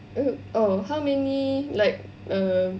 mmhmm oh how many like um